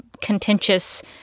contentious